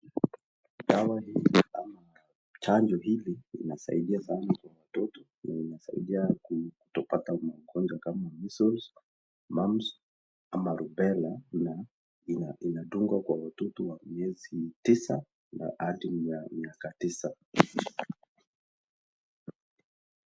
Dawa hii ama chanjo hili inasaidia sana mtoto na inasaidia kutopata magonjwa kama (cs)measles(cs), mumps(cs) ama rubella(cs).Inadungwa kwa watoto wa miezi tisa hadi miaka tisa.